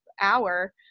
hour